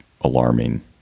alarming